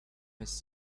his